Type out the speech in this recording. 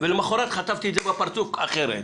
ולמחרת חטפתי את זה בפרצוף אחרת.